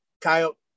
Coyote